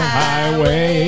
highway